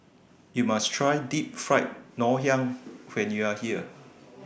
YOU must Try Deep Fried Ngoh Hiang when YOU Are here